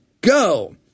go